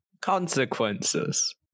Consequences